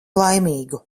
laimīgu